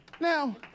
Now